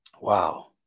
wow